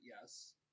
yes